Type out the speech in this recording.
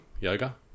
yoga